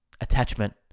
attachment